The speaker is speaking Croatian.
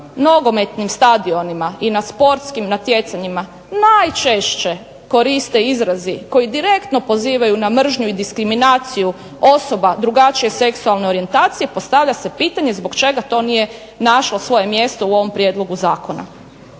nogometnim stadionima i na sportskim natjecanjima najčešće koriste izrazi koji direktno pozivaju na mržnju i diskriminaciju osoba drugačije seksualne orijentacije postavlja se pitanje zbog čega to nije našlo svoje mjesto u ovom prijedlogu zakona.